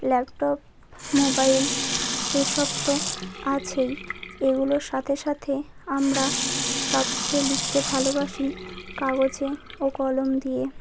laptop mobile এসব তো আছেই এগুলোর সাথে সাথে আমরা সবচেয়ে লিখতে ভালোবাসি কাগজে ও কলম দিয়ে